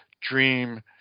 dream